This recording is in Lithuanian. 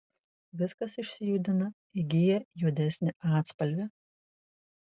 viskas išsijudina įgyja juodesnį atspalvį